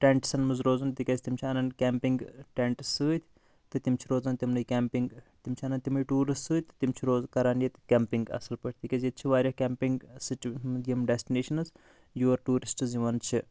ٹینٹسَن مَنٛز روزُن تِکیازِ تِم چھِ اَنان کیمپِنگ ٹینٹٕس سۭتۍ تہٕ تِم چھِ روزان تِمنٕے کیمپِنگ تِم چھِ اَنان تِمے ٹولٕز سۭتۍ تہٕ تِم چھِ کَران ییٚتہِ کیمپِنگ اصل پٲٹھۍ تِکیازِ ییٚتہِ چھِ واریاہ کیمپِنگ یِم ڈیسٹِنیشَنٕز یور ٹورِسٹٕز یِوان چھِ